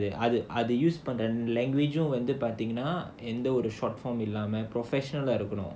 அது அது:adhu adhu use பண்ற:pandra language um வந்து பார்த்தீங்கன்னா எந்த ஒரு:vandhu paartheenganaa endha oru professional ah இருக்கனும்:irukkanum